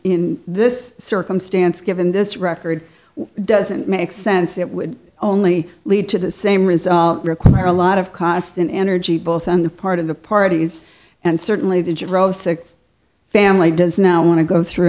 in this circumstance given this record doesn't make sense it would only lead to the same result require a lot of cost and energy both on the part of the parties and certainly the dro six family does now want to go through